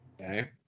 Okay